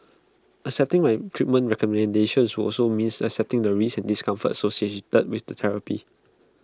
accepting my treatment recommendations would also means accepting the risks and discomfort associated with therapy